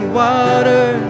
water